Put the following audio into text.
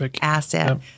asset